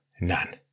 None